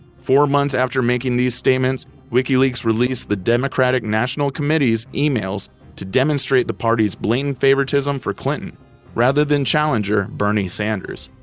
four months after making these statements, wikileaks released the democratic national committee's emails to demonstrate the party's blatant favoritism for clinton rather than challenger bernie sanders.